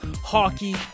hockey